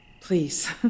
Please